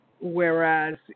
Whereas